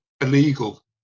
illegal